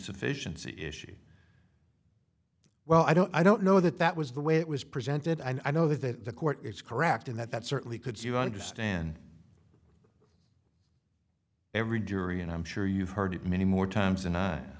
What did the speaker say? sufficiency issue well i don't i don't know that that was the way it was presented and i know that the court is correct in that that certainly could you understand every jury and i'm sure you've heard it many more times than i